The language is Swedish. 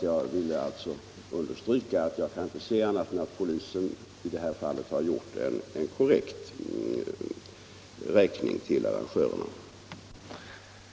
Jag vill alltså understryka att jag inte kan se annat än att polisen i Om kostnaderna det här fallet har skickat en korrekt räkning till arrangörerna. för polisbevakning vid ideellt inriktade